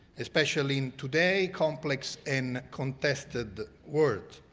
especially today, complex and contested words.